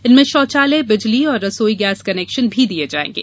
इनमें शौचालय बिजली और रसोई गैस कनेक्शन भी दिये जाएगे